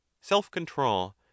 self-control